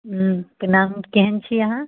हूँ प्रणाम केहन छी अहाँ